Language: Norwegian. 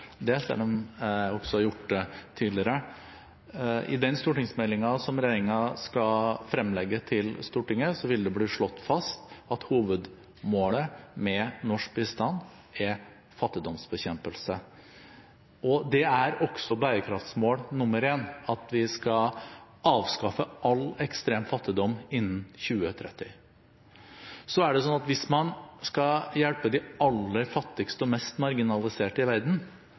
det, selv om jeg også har gjort det tidligere. I den stortingsmeldingen som regjeringen skal fremlegge for Stortinget, vil det bli slått fast at hovedmålet med norsk bistand er fattigdomsbekjempelse. Det er også bærekraftsmål nr. 1, at vi skal avskaffe all ekstrem fattigdom innen 2030. Når man skal hjelpe de aller fattigste og mest marginaliserte i hele verden,